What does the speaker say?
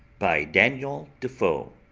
by daniel defoe